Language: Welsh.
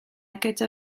gyda